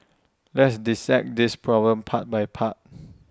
let's dissect this problem part by part